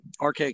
RK